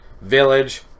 Village